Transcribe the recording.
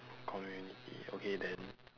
community okay then